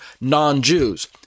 non-Jews